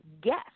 guess